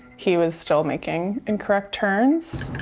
he was still making incorrect turns.